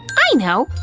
i know!